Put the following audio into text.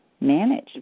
manage